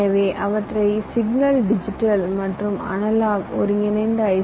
எனவே அவற்றை signal digital மற்றும் அனலாக் ஒருங்கிணைந்த ஐ